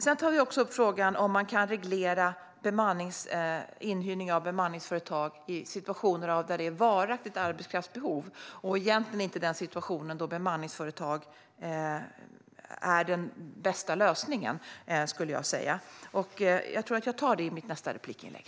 Vi tar också upp frågan om man kan reglera inhyrning av personal från bemanningsföretag i situationer då det är ett varaktigt arbetskraftsbehov och egentligen inte den situation då bemanningsföretag är den bästa lösningen, enligt mig.